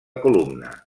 columna